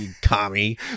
Tommy